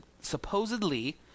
supposedly